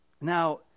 Now